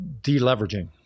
deleveraging